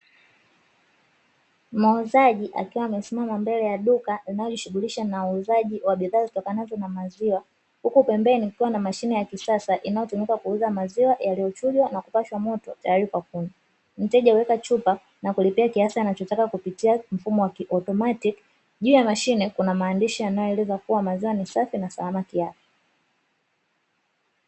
Muuzaji akiwa amesimama mbele ya duka linaojishughulisha na bidhaa zitokanazo na maziwa, huku pembeni kukiwa na mashine ya kisasa inayotumika kuuza maziwa yaliyochujwa na kupashwa moto tayari kwa kunywa. Mteja huweka chupa na kulipia kiasi anachotaka kupitia mfumo wa kiautomatiki. Juu ya mashine kuna maandishi yanayoeleza kuwa maziwa ni safi na salama kiafya.